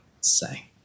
say